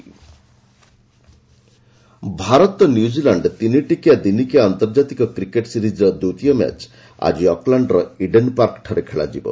cricket India ODI Bharat New Zealand ତିନିଟିକିଆ ଦିନିକିଆ ଆନ୍ତର୍ଜାତିକ କ୍ରିକେଟ୍ ସିରିଜ୍ର ଦ୍ୱିତୀୟ ମ୍ୟାଚ୍ ଆଜି ଅକ୍ଲାଣ୍ଡର ଇଡେନ୍ ପାର୍କଠାରେ ଖେଳାଯିବ